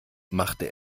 machte